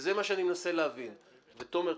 וזה מה שאני מנסה להבין תומר,